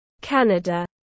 Canada